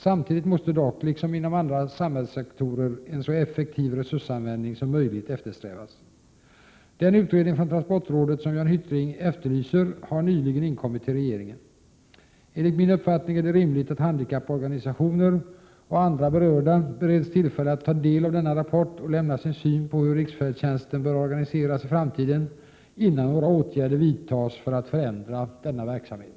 Samtidigt måste dock, liksom inom andra samhällssektorer, en så effektiv resursanvändning som möjligt eftersträvas. Den utredning från transportrådet som Jan Hyttring efterlyser har nyligen inkommit till regeringen. Enligt min uppfattning är det rimligt att handikapporganisationer och andra berörda bereds tillfälle att ta del av denna rapport och lämna sin syn på hur riksfärdtjänsten bör organiseras i framtiden, innan några åtgärder vidtas för att förändra denna verksamhet.